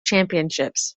championships